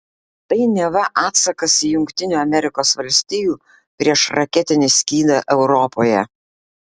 tai neva atsakas į jungtinių amerikos valstijų priešraketinį skydą europoje